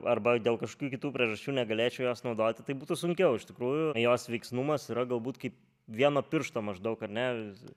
arba dėl kažkokių kitų priežasčių negalėčiau jos naudoti tai būtų sunkiau iš tikrųjų jos veiksnumas yra galbūt kaip vieno piršto maždaug ar ne